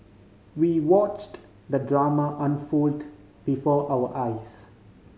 we watched the drama unfold before our eyes